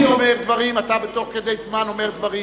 אני אומר דברים, אתה תוך כדי אומר דברים,